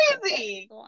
crazy